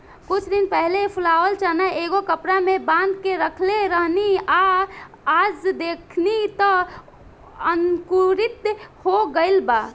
कुछ दिन पहिले फुलावल चना एगो कपड़ा में बांध के रखले रहनी आ आज देखनी त अंकुरित हो गइल बा